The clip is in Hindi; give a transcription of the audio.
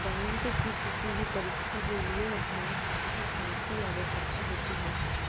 बैंक की किसी भी परीक्षा के लिए अभ्यास की काफी आवश्यकता होती है